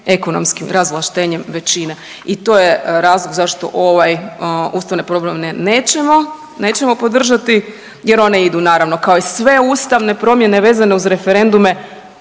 ekonomskim razvlaštenjem većine i to je razlog zašto ove ustavne promjene nećemo, nećemo podržati jer one idu naravno kao i sve ustavne promjene vezane uz referendume